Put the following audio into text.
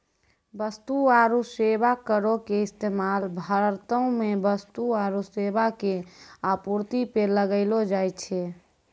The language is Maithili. वस्तु आरु सेबा करो के इस्तेमाल भारतो मे वस्तु आरु सेबा के आपूर्ति पे लगैलो जाय छै